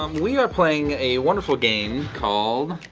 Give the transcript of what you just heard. um we are playing a wonderful game called